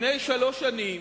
לפני שלוש שנים,